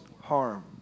harm